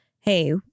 Hey